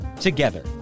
together